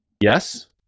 Yes